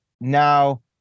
now